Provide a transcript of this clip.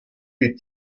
les